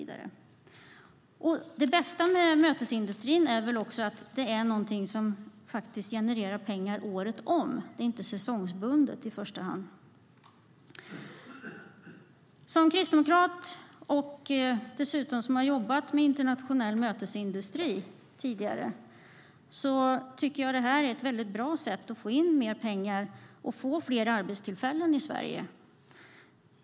Det bästa med mötesindustrin är att det är något som genererar pengar året om. Den är inte säsongsbunden. Som kristdemokrat, som dessutom har jobbat med internationell mötesindustri tidigare, tycker jag att detta är ett mycket bra sätt att få in mer pengar och skapa fler arbetstillfällen i Sverige.